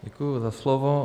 Děkuji za slovo.